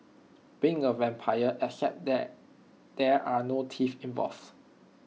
being A vampire except that there are no teeth involved